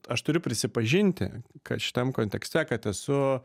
aš turiu prisipažinti kad šitam kontekste kad esu